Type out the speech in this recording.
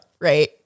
Right